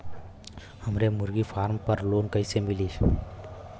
हमरे मुर्गी फार्म पर लोन कइसे मिली?